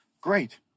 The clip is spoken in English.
Great